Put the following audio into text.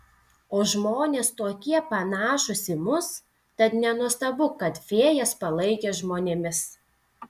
o žmonės tokie panašūs į mus tad nenuostabu kad fėjas palaikė žmonėmis